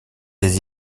des